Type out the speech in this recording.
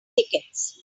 tickets